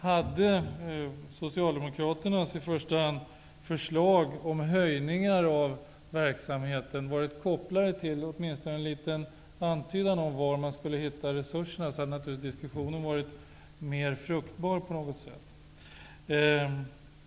Hade Socialdemokraterna i första hand förslag till höjningar i verksamheten som varit kopplade till åtminstone en liten antydan om var man skulle hitta resurserna, hade diskussionen varit mera fruktbar.